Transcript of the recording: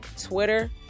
Twitter